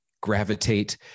gravitate